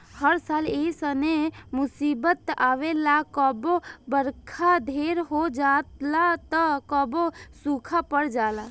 हर साल ऐइसने मुसीबत आवेला कबो बरखा ढेर हो जाला त कबो सूखा पड़ जाला